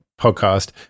podcast